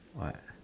what